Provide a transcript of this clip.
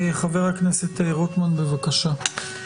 חבר הכנסת רוטמן, בבקשה.